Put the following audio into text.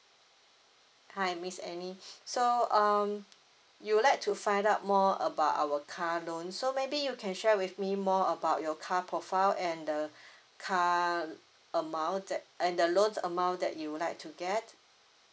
hi miss amy so um you would like to find out more about our car loan so maybe you can share with me more about your car profile and the car amount that and the loans amount that you would like to get